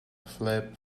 flap